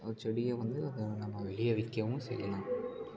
ஒரு செடியை வந்து அதை நம்ம வெளிய விற்கவும் செய்யலாம்